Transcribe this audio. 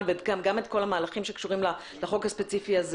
וגם את כל המהלכים שקשורים לחוק הספציפי הזה